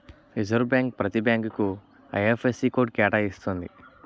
reserve Bank ప్రతి బ్యాంకుకు IFSC code కేటాయిస్తుంది